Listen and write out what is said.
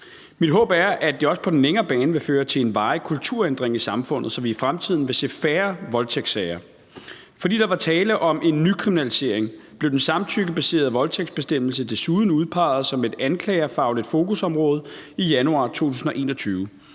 Mit håb er, at det også på den længere bane vil føre til en varig kulturændring i samfundet, så vi i fremtiden vil se færre voldtægtssager. Fordi der var tale om en nykriminalisering, blev den samtykkebaserede voldtægtsbestemmelse desuden udpeget som et anklagerfagligt fokusområde i januar 2021.